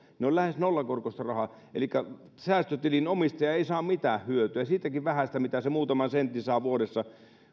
ne ovat lähes nollakorkoista rahaa elikkä säästötilin omistaja ei saa mitään hyötyä siitäkin vähästä hyödystä mitä hän muutaman sentin saa vuodessa